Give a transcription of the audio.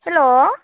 hello